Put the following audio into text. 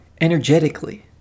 energetically